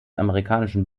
amerikanischen